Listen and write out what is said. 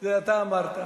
את זה אתה אמרת.